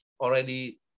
already